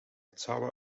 ottawa